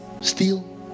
steal